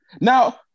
Now